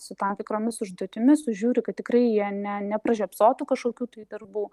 su tam tikromis užduotimis sužiūri kad tikrai jie ne nepražiopsotų kažkokių tai darbų